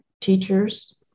teachers